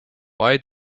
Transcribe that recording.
why